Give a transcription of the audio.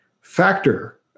factor